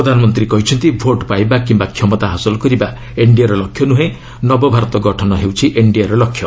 ପ୍ରଧାନମନ୍ତ୍ରୀ କହିଛନ୍ତି ଭୋଟ୍ ପାଇବା କିମ୍ବା କ୍ଷମତା ହାସଲ କରିବା ଏନ୍ଡିଏର ଲକ୍ଷ୍ୟ ନୁହେଁ ନବଭାରତ ଗଠନ ହେଉଛି ଏନ୍ଡିଏର ଲକ୍ଷ୍ୟ